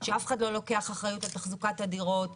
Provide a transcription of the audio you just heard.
שאף אחד לא לוקח אחריות על תחזוקת הדירות,